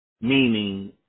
meaning